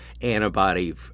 antibody